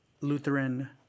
Lutheran